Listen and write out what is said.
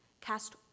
Cast